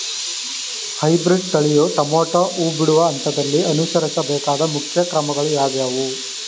Hybrid ತಳಿಯ tomato ಹೂ ಬಿಡುವ ಹಂತದಲ್ಲಿ ಅನುಸರಿಸಬೇಕಾದ ಮುಖ್ಯ ಕ್ರಮಗಳು ಯಾವುವು?